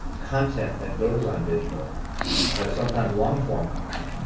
content that goes on digital that is sometimes long-form content,